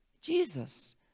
Jesus